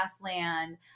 land